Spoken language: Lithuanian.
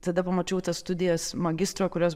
tada pamačiau tas studijas magistro kurios